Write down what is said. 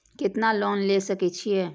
केतना लोन ले सके छीये?